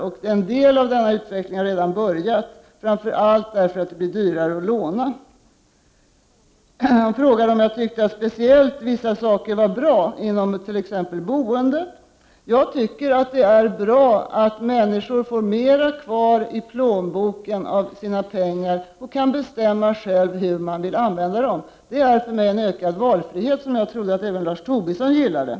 Till en del har den utvecklingen redan börjat synas — framför allt därför att det har blivit dyrare att låna. Lars Tobisson frågade också om jag tyckte att vissa saker var speciellt bra beträffande t.ex. boendet. Jag tycker att det är bra att människor får mera kvar i plånboken och att människor själva kan bestämma hur de skall använda sina pengar. Jag menar att det är en ökad valfrihet, och jag trodde att Lars Tobisson också gillade detta.